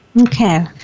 Okay